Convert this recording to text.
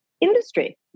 industry